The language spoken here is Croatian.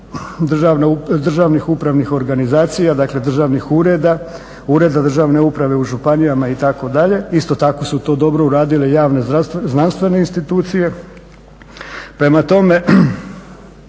Ureda državne uprave u županijama itd. isto tako su to dobro uradile i javne znanstvene institucije,